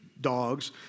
dogs